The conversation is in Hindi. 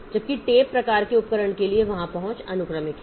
जबकि टेप प्रकार के उपकरण के लिए वहां पहुंच अनुक्रमिक है